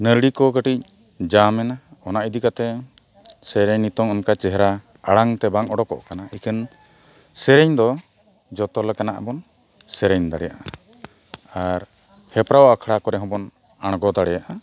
ᱱᱟᱹᱲᱤ ᱠᱚ ᱠᱟᱹᱴᱤᱡ ᱡᱟᱢᱮᱱᱟ ᱚᱱᱟ ᱤᱫᱤ ᱠᱟᱛᱮ ᱥᱮᱨᱮᱧ ᱱᱤᱛᱚᱝ ᱚᱱᱠᱟ ᱪᱮᱦᱨᱟ ᱟᱲᱟᱝ ᱛᱮ ᱵᱟᱝ ᱚᱰᱚᱠᱚᱜ ᱠᱟᱱᱟ ᱤᱠᱟᱹᱱ ᱥᱮᱨᱮᱧ ᱫᱚ ᱡᱚᱛᱚ ᱞᱮᱠᱟᱱᱟᱜ ᱵᱚᱱ ᱥᱮᱨᱮᱧ ᱫᱟᱲᱮᱭᱟᱜᱼᱟ ᱟᱨ ᱦᱮᱯᱨᱟᱣ ᱟᱠᱷᱲᱟ ᱠᱚᱨᱮ ᱦᱚᱸᱵᱚᱱ ᱟᱬᱜᱚ ᱫᱟᱲᱮᱭᱟᱜᱼᱟ